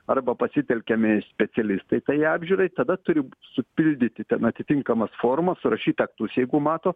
arba pasitelkiami specialistai tai apžiūrai tada turim supildyti ten atitinkamas formos surašyt aktus jeigu mato